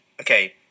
okay